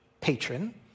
patron